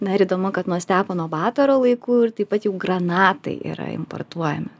na ir įdomu kad nuo stepono batoro laikų taip pat jau granatai yra importuojami